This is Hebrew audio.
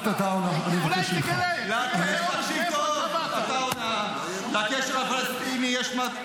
מאיפה אתה --- חבר הכנסת עטאונה, אני מבקש ממך.